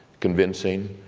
convincing,